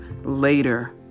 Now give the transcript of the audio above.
later